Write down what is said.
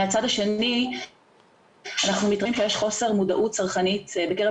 מהצד השני אנחנו מתריעים שיש חוסר מודעות צרכנית בקרב